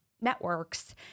networks